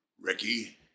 Ricky